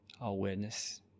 awareness